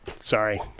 sorry